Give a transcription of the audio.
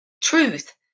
truth